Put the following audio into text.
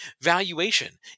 valuation